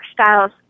styles